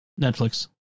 Netflix